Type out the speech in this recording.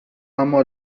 اما